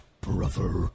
brother